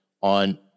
on